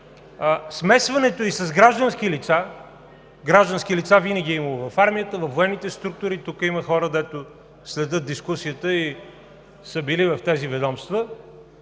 смесването ѝ с граждански лица – граждански лица винаги е имало в армията, във военните структури. Тук има хора, които следят дискусията и са били в тези ведомства,